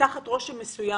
תחת רושם מסוים